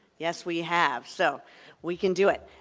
yes, we have. so we can do it.